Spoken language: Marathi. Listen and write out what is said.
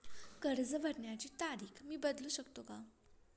कर्ज भरण्याची तारीख मी बदलू शकतो का?